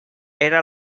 era